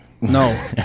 No